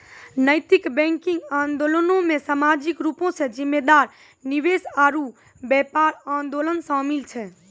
नैतिक बैंकिंग आंदोलनो मे समाजिक रूपो से जिम्मेदार निवेश आरु व्यापार आंदोलन शामिल छै